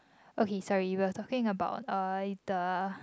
okay sorry we're talking about uh the